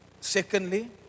secondly